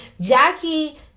Jackie